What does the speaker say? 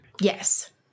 Yes